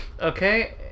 Okay